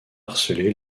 harcelé